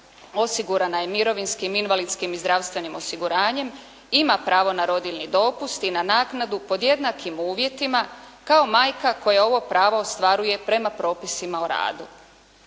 osigurana je mirovinskim, invalidskim i zdravstvenim osiguranjem ima pravo na rodiljni dopust i na naknadu pod jednakim uvjetima kao majka koja ovo pravo ostvaruje prema propisima o radu.